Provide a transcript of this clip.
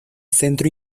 centro